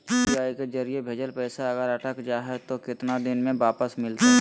UPI के जरिए भजेल पैसा अगर अटक जा है तो कितना दिन में वापस मिलते?